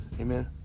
Amen